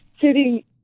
sitting